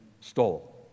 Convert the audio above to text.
stole